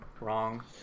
wrong